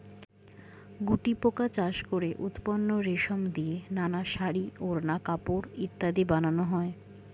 গুটিপোকা চাষ করে উৎপন্ন রেশম দিয়ে নানা শাড়ী, ওড়না, কাপড় ইত্যাদি বানানো হয়